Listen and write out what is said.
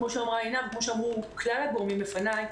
כפי שאמרה עינב לוק וכפי שאמרו כלל הגורמים לפניי,